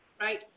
right